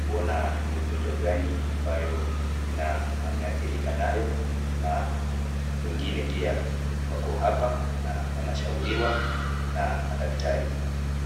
kuona ni ugonjwa gani ambayo amehadhirika nayo, na wengine pia wako hapa na wanashauriwa na madaktari.